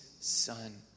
son